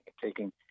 taking